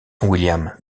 william